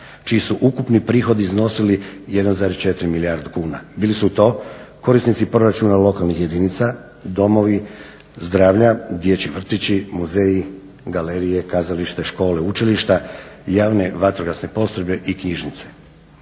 čiji su ukupni prihodi iznosili 1,4 milijardi kuna. Bili su to korisnici proračuna lokalnih jedinica, domovi zdravlja, dječji vrtići, muzeji, galerije, kazalište, škola, učilišta, javne vatrogasne postrojbe i knjižnice.